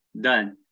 done